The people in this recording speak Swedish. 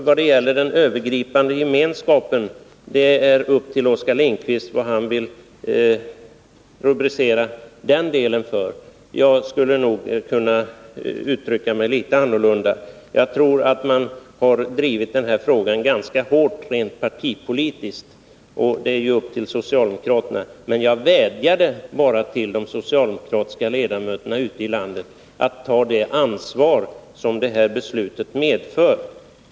Vad beträffar den övergripande gemenskapen ankommer det på Oskar Lindkvist att rubricera den delen. Jag skulle nog kunna uttrycka mig litet annorlunda. Man har nog drivit den här frågan ganska hårt rent partipolitiskt, men det är ju socialdemokraternas sak. Jag vädjade bara till de socialdemokratiska ledamöterna ute i landet att ta det ansvar som beslutet medför.